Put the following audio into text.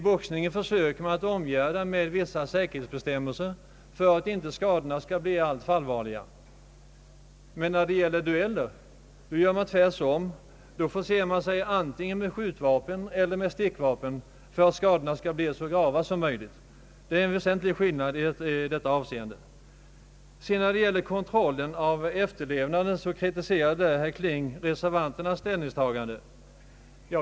Boxning försöker man omgärda med vissa säkerhetsbestämmelser för att inte skadorna skall bli alltför allvarliga, men när det gäller dueller gör man tvärtom. Då förser man sig antingen med skjutvapen eller med stickvapen för att skadorna skall bli så grava som möjligt. Här föreligger alltså en väsentlig skillnad. Vad sedan gäller kontrollen av efterlevnaden av ett eventuellt förbud kritiserade herr Kling reservanternas ställ ningstagande.